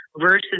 versus